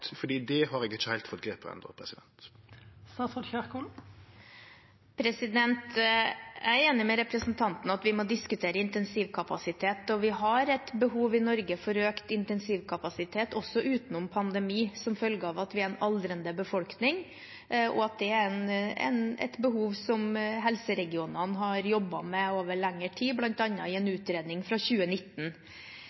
det har eg ikkje heilt fått grep på enno? Jeg er enig med representanten i at vi må diskutere intensivkapasitet. Vi har et behov for økt intensivkapasitet i Norge, også utenom pandemi, som følge av at vi er en aldrende befolkning. Det er et behov som helseregionene har jobbet med over lengre tid, bl.a. i en